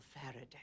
Faraday